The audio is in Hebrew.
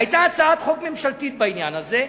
היתה הצעת חוק ממשלתית בעניין הזה,